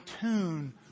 tune